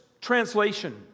translation